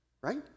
right